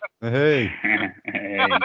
hey